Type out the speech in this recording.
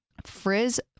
Frizz